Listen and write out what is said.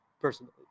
personally